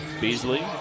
Beasley